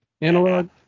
analog